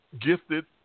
gifted